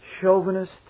chauvinist